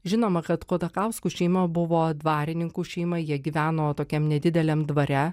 žinoma kad kotakauskų šeima buvo dvarininkų šeima jie gyveno tokiam nedideliam dvare